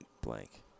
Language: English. blank